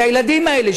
את הילדים האלה,